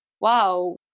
wow